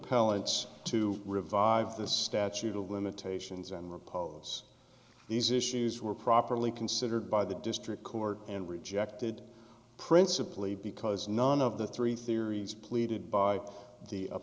appellants to revive this statute of limitations and repose these issues were properly considered by the district court and rejected principally because none of the three theories pleaded by the